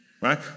right